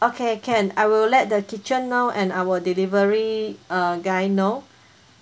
okay can I will let the kitchen know and our delivery uh guy know